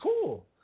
cool